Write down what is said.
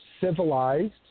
civilized